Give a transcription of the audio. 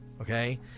okay